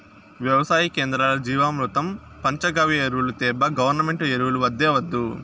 వెవసాయ కేంద్రాల్ల జీవామృతం పంచగవ్య ఎరువులు తేబ్బా గవర్నమెంటు ఎరువులు వద్దే వద్దు